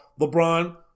LeBron